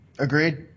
Agreed